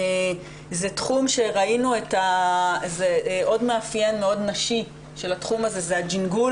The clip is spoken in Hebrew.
זה תחום שראינו עוד מאפיין מאוד נשי בו זה הג'ינגול